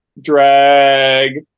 drag